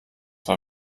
war